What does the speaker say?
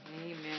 Amen